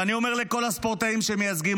ואני אומר לכל הספורטאים שמייצגים